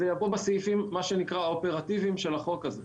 זה יבוא בסעיפים האופרטיביים של החוק הזה.